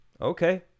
okay